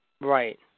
Right